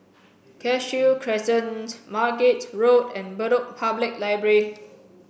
Cashew Crescent Margate Road and Bedok Public Library